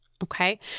Okay